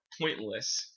pointless